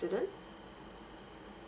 resident